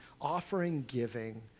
offering-giving